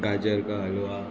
गाजर का हलवा